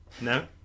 no